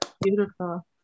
Beautiful